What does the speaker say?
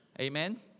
Amen